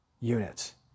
units